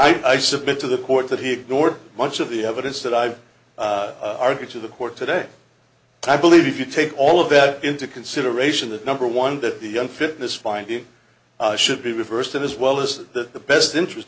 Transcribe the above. i submit to the court that he ignored much of the evidence that i've argued to the court today i believe if you take all of that into consideration that number one that the unfitness finding should be reversed of as well as the best interest